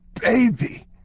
baby